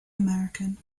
american